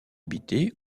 habitées